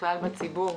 ובכלל בציבור,